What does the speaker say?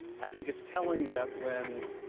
i think it's telling that when,